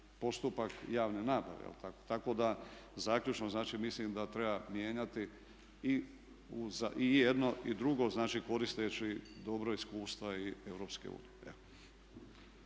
postupak javne nabave. Tako da zaključno značim mislim da treba mijenjati i jedno i drugo znači koristeći dobro iskustva i EU.